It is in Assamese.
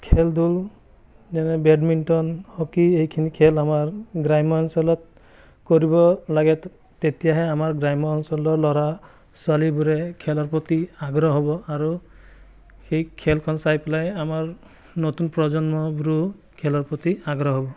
খেল ধূল যেনে বেডমিণ্টন হকী এইখিনি খেল আমাৰ গ্ৰাম্য অঞ্চলত কৰিব লাগে তেতিয়াহে আমাৰ গ্ৰাম্য অঞ্চলৰ ল'ৰা ছোৱালীবোৰে খেলৰ প্ৰতি আগ্ৰহ হ'ব আৰু সেই খেলখন চাই পেলাই আমাৰ নতুন প্ৰজন্মবোৰো খেলৰ প্ৰতি আগ্ৰহ হ'ব